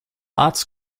arts